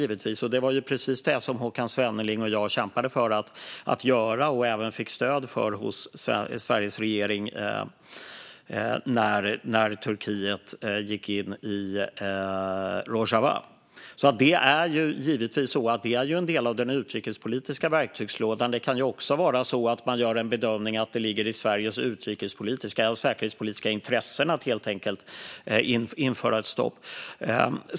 Det var precis det Håkan Svenneling och jag kämpade för och även fick stöd för hos Sveriges regering när Turkiet gick in i Rojava. Detta är en del av den utrikespolitiska verktygslådan. Det kan också vara så att man gör bedömningen att det ligger i Sveriges utrikespolitiska och säkerhetspolitiska intresse att införa ett stopp.